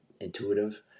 intuitive